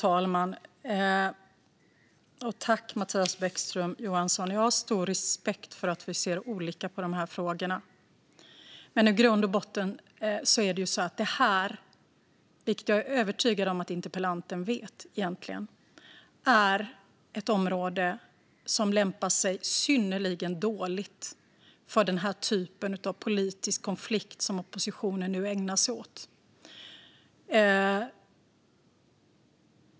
Fru talman! Jag har stor respekt för att Mattias Bäckström Johansson och jag ser olika på de här frågorna, men i grund och botten är det så, vilket jag är övertygad om att interpellanten egentligen vet, att detta är ett område som lämpar sig synnerligen dåligt för den typ av politisk konflikt som oppositionen nu ägnar sig åt.